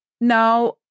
Now